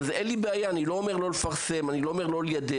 אין לי בעיה ואני לא אומר לא לפרסם ואני לא אומר לא ליידע.